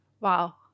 Wow